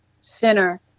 Center